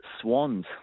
Swans